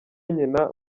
nyina